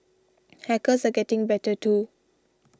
hackers are getting better too